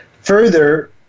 Further